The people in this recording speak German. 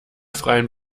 freien